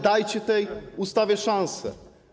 Dajcie tej ustawie szansę.